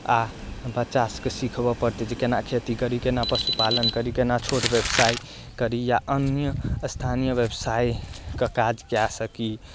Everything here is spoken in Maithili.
आ बच्चा सबके सिखबऽ परतै जे केना खेती करी केना पशु पालन करी केना छोट व्यवसाय करी या अन्य स्थानीय व्यवसायके काज कए सकी